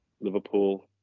Liverpool